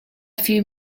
few